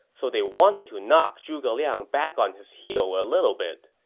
so they wanted to knock zhuge liang back on his heel a little bit.